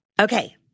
Okay